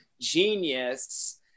genius